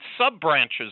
sub-branches